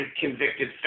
convicted